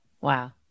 Wow